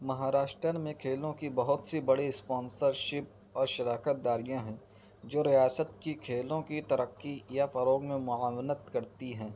مہاراشٹر میں کھیلو کی بہت سی بڑی اسپانسرشپ اور شراکت داریاں ہیں جو ریاست کی کھیلوں کی ترقی یا فروغ میں معاونت کرتی ہیں